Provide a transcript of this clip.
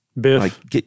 Biff